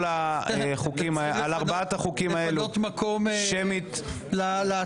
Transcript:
לפנות מקום ל --- בהפגנות.